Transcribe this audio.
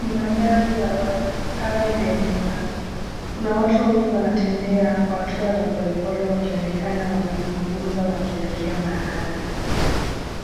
Ni mandhari ya wazi, kame na yenye mawe. Kuna watu wawili wanatembea kwa hatua za polepole wakionekana wakizungumza wakielekea mahali.